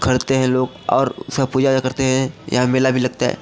खरीदते हैं लोग और उसका पूजा वूजा करते हैं यहाँ मेला भी लगता है